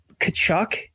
Kachuk